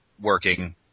working